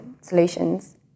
solutions